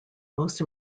most